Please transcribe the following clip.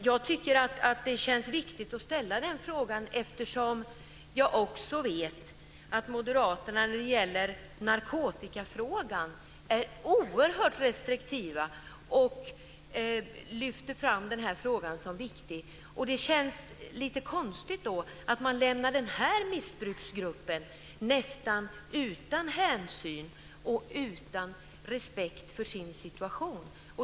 Jag tycker att det känns viktigt att ställa den frågan, eftersom jag också vet att Moderaterna när det gäller narkotikafrågan är oerhört restriktiva, och lyfter fram den här frågan som viktig. Det känns lite konstigt då att man lämnar den här missbruksgruppen nästan utan hänsyn och utan respekt för dess situation.